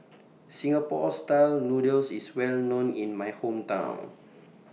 Singapore Style Noodles IS Well known in My Hometown